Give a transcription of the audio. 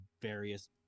various